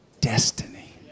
Destiny